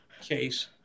case